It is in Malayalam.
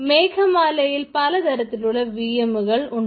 മേഘമാലയിൽ പലതരത്തിലുള്ള vm കളുണ്ട്